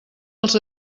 els